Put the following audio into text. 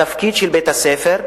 התפקיד של בית-הספר,